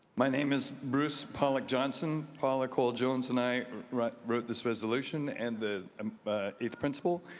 my name is bruce pollack johnson. paula coal jones and i wrote wrote this resolution and the um eighth principle.